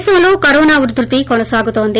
దేశంలో కరోనా ఉద్యతి కొనసాగుతోంది